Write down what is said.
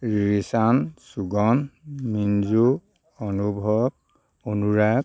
Richan Chugan Minju Anubhav Anurag